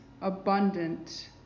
abundant